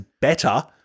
better